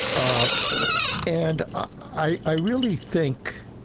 ah and i i really think,